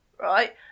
right